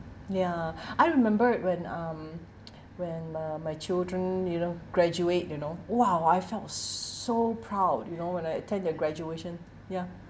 ya I remember when um when uh my children you know graduate you know !wow! I felt so proud you know when I attend their graduation ya